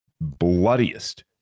bloodiest